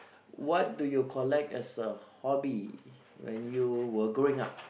what do you collect as a hobby when you were growing up